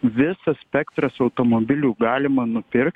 visas spektras automobilių galima nupirkt